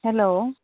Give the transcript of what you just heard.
hello